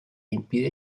impide